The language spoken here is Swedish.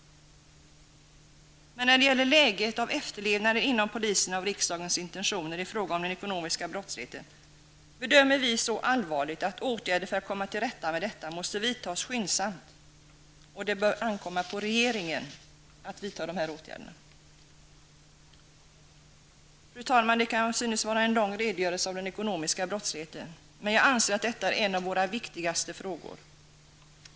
Men när det gäller efterlevnaden inom polisen av riksdagens intentioner i fråga om den ekonomiska brottsligheten, bedömer vi att läget är så allvarligt att åtgärder för att komma till rätta med detta måste vidtas skyndsamt, och det bör ankomma på regeringen att vidta dessa åtgärder. Fru talman! Det kan synas vara en lång redogörelse för den ekonomiska brottsligheten, men jag anser att detta är en av våra viktigaste frågor.